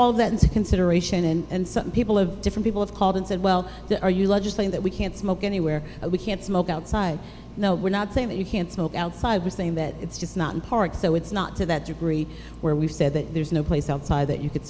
all that into consideration and some people of different people have called and said well are you legislating that we can't smoke anywhere we can't smoke outside now we're not saying that you can't smoke outside we're saying that it's just not in park so it's not to that degree where we've said that there's no place outside that you c